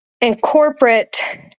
incorporate